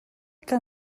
que